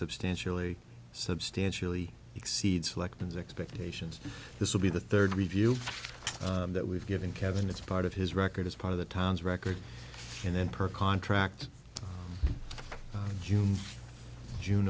substantially substantially exceeds lecterns expectations this will be the third review that we've given kevin it's part of his record as part of the town's record and then per contract in june june